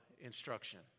instruction